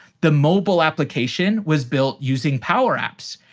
the mobile application was built using power apps,